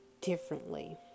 differently